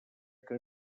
que